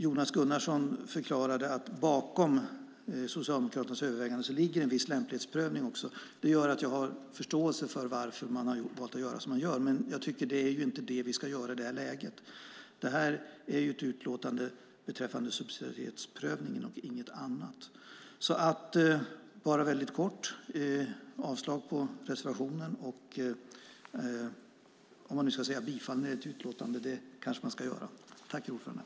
Jonas Gunnarsson förklarade att bakom Socialdemokraternas övervägande ligger en viss lämplighetsprövning. Det gör att jag har förståelse för varför man har valt att göra som man gör, men jag tycker inte att det är detta vi ska göra i det här läget. Det här är ju ett utlåtande beträffande subsidiaritetsprövningen och inget annat. Bara väldigt kort yrkar jag avslag på reservationen och bifall till förslaget till beslut.